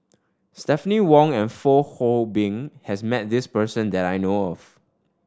Stephanie Wong and Fong Hoe Beng has met this person that I know of